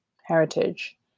heritage